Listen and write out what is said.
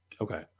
Okay